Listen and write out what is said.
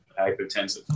hypertensive